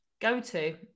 go-to